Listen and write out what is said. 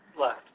left